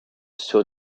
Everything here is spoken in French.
sur